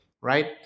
right